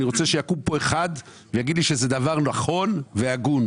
אני רוצה שיקום כאן אחד ויגיד לי שזה דבר נכון והגון.